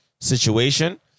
situation